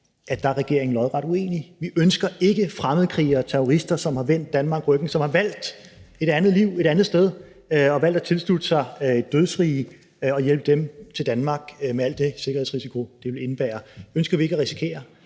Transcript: at det er regeringen lodret uenig i. Vi ønsker ikke at hjælpe fremmedkrigere, terrorister, som har vendt Danmark ryggen, og som har valgt et andet liv et andet sted og valgt at tilslutte sig et dødsrige, til Danmark med al den sikkerhedsrisiko, det vil indebære. Det ønsker vi ikke at gøre,